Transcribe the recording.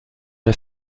der